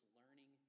learning